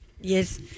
yes